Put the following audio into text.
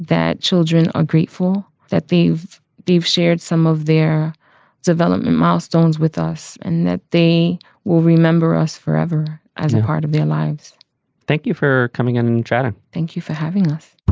that children are grateful, that they've they've shared some of their development milestones with us and that they will remember us forever as a part of their lives thank you for coming on and try to thank you for having us